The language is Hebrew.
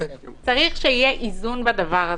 צריך שיהיה איזון בדבר הזה.